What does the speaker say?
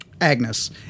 Agnes